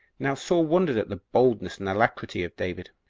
now saul wondered at the boldness and alacrity of david,